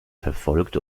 verfolgt